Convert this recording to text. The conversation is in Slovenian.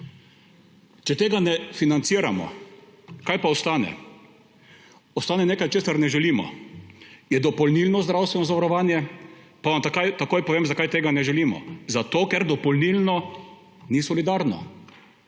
Če tega ne financiramo, kaj pa ostane? Ostane nekaj, česar ne želimo, to je dopolnilno zdravstveno zavarovanje. Vam takoj povem, zakaj tega ne želimo. Zato, ker dopolnilno ni solidarno